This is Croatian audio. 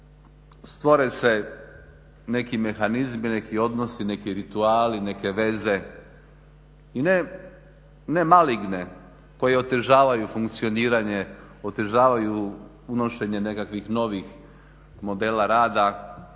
stvaraju se neki mehanizmi, neki odnosi, neki rituali, neke veze i ne maligne koje otežavaju funkcioniranje, otežavaju unošenje nekakvih novih modela rada